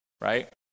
right